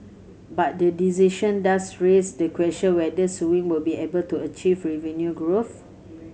but the decision does raise the question whether Sewing will be able to achieve revenue growth